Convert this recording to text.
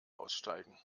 aussteigen